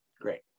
great